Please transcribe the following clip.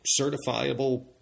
certifiable